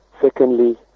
Secondly